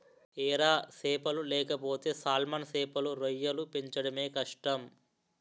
ఎర సేపలు లేకపోతే సాల్మన్ సేపలు, రొయ్యలు పెంచడమే కష్టం